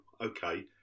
okay